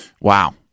Wow